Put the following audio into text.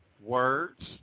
Words